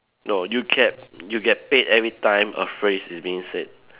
no you get you get a phrase is being said